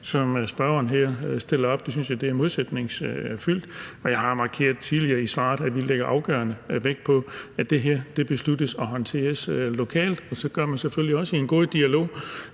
som spørgeren stiller op her; jeg synes, den er modsætningsfyldt. Jeg har markeret i tidligere svar, at vi lægger afgørende vægt på, at det her besluttes og håndteres lokalt, og at man selvfølgelig også gør det i en god dialog